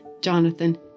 Jonathan